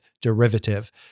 derivative